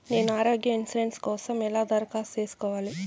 నేను ఆరోగ్య ఇన్సూరెన్సు కోసం ఎలా దరఖాస్తు సేసుకోవాలి